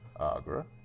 Agra